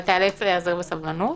אבל תיאלץ להיאזר בסבלנות.